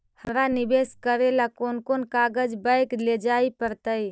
हमरा निवेश करे ल कोन कोन कागज बैक लेजाइ पड़तै?